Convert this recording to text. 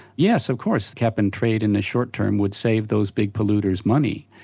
yes, of course, cap and trade in the short term would save those big polluters money.